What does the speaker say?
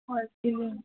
okay